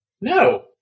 No